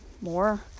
more